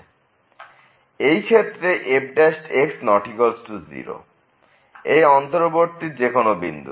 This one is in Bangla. এই ক্ষেত্রে f≠0 এই অন্তর্বর্তীর যে কোন বিন্দুতে